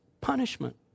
punishment